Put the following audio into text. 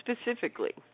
specifically